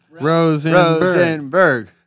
Rosenberg